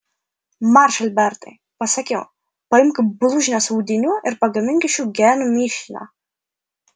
marš albertai pasakiau paimk blužnies audinių ir pagamink iš jų genų mišinio